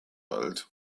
alt